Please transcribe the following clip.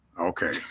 okay